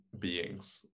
beings